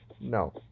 No